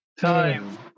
time